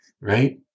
right